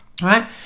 right